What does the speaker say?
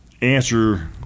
answer